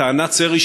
שלטענת סרי,